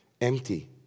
empty